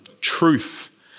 truth